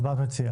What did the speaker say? אז מה את מציעה?